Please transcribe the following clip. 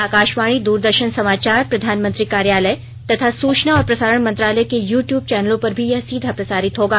आकाशवाणी द्रदर्शन समाचार प्रधानमंत्री कार्यालय तथा सुचना और प्रसारण मंत्रालय के यू ट्यूब चैनलों पर भी यह सीधा प्रसारित होगा